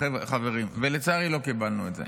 לא קיבלנו את זה.